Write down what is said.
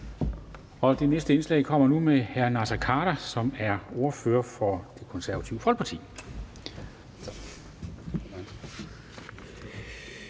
Det næste indslag kommer nu. Det er hr. Naser Khader, som er ordfører for Det Konservative Folkeparti.